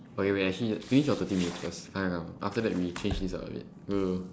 okay wait actually finish your thirty minutes first right now after that we change it up a bit